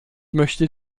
möchte